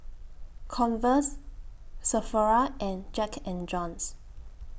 Converse Sephora and Jack and Jones